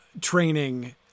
training